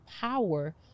power